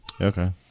Okay